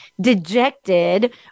dejected